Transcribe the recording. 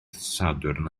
sadwrn